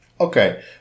Okay